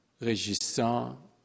régissant